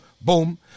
Boom